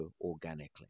organically